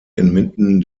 inmitten